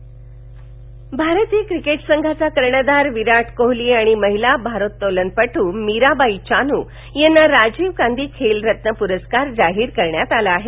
खेल रत्न परस्कार भारतीय क्रिकेट संघाचा कर्णधार विराट कोहली आणि महिला भारोत्तोलनपटू मीराबाई चानू यांना राजीव गांधी खेलरत्न प्रस्कार जाहीर करण्यात आला आहे